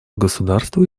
государства